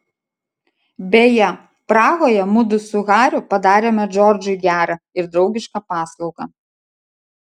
beje prahoje mudu su hariu padarėme džordžui gerą ir draugišką paslaugą